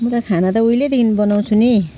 म त खाना त उहिलेदेखि बनाउँछु नि